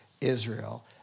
Israel